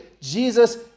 Jesus